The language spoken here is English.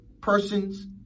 persons